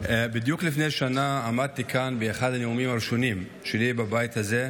בדיוק לפני שנה עמדתי כאן באחד הנאומים הראשונים שלי בבית הזה,